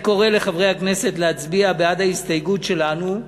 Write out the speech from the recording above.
ואני קורא לחברי הכנסת להצביע בעד ההסתייגות שלנו,